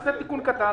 נעשה תיקון קטן,